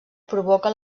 provoca